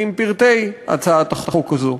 היא עם פרטי הצעת החוק הזאת.